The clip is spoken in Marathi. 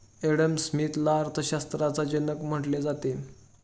एडम स्मिथला अर्थशास्त्राचा जनक म्हटले जाते